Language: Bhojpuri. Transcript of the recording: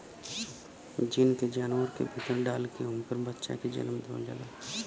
जीन के जानवर के भीतर डाल के उनकर बच्चा के जनम देवल जाला